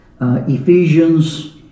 Ephesians